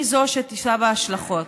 אני זו שתישא בהשלכות,